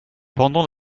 pendant